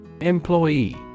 Employee